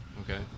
Okay